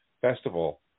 festival